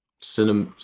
cinema